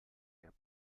der